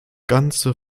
ganze